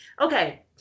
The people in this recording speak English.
okay